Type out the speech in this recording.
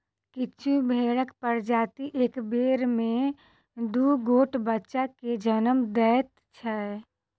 किछु भेंड़क प्रजाति एक बेर मे दू गोट बच्चा के जन्म दैत छै